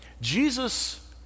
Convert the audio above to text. Jesus